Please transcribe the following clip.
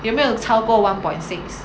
有没有超过 one point six